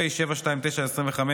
פ/729/25,